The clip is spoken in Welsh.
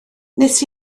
nes